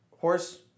horse